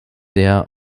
der